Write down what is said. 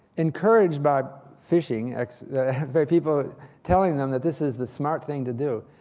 encouraged by phishing, people telling them that this is the smart thing to do.